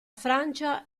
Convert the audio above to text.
francia